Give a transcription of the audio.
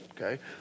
okay